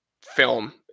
film